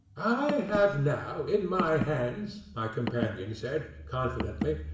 i have now in my hands, my companion said, confidently,